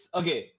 okay